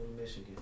Michigan